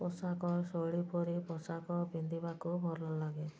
ପୋଷାକ ଶୈଳୀ ପରି ପୋଷାକ ପିନ୍ଧିବାକୁ ଭଲ ଲାଗେ